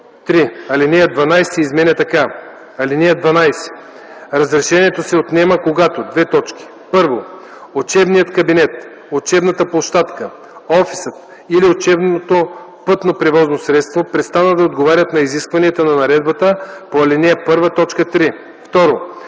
така: „(12) Разрешението се отнема, когато: 1. учебният кабинет, учебната площадка, офисът или учебното пътно превозно средство престанат да отговарят на изискванията на наредбата по ал. 1, т.